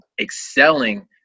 excelling